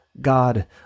God